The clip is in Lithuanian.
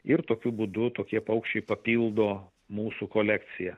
ir tokiu būdu tokie paukščiai papildo mūsų kolekciją